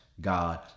God